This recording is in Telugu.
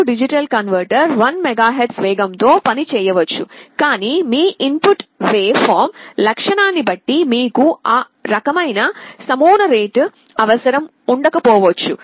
A D కన్వర్టర్ 1 MHz వేగం తో పనిచేయవచ్చు కానీ మీ ఇన్ పుట్ వేవ్ ఫార్మ్ లక్షణాన్ని బట్టి మీకు ఆ రకమైన నమూనా రేటు అవసరం ఉండకపోవచ్చు